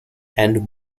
and